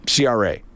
CRA